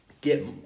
Get